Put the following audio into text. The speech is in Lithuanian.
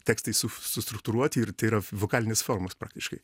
tekstai su sustruktūruoti ir tai yra vokalinės formos praktiškai